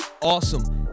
Awesome